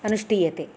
अनुष्ठीयते